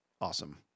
Awesome